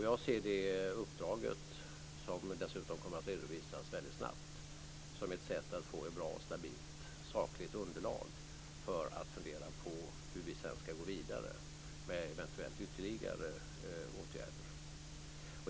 Jag ser det uppdraget - som dessutom kommer att redovisas väldigt snabbt - som ett sätt att få ett bra, stabilt och sakligt underlag för att fundera över hur vi sedan ska gå vidare med eventuellt ytterligare åtgärder.